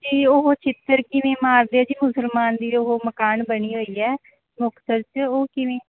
ਅਤੇ ਉਹ ਛਿੱਤਰ ਕਿਵੇਂ ਮਾਰਦੇ ਆ ਜੀ ਮੁਸਲਮਾਨ ਦੀ ਉਹ ਮਕਾਨ ਬਣੀ ਹੋਈ ਹੈ ਮੁਕਤਸਰ 'ਚ ਉਹ ਕਿਵੇਂ